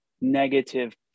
negative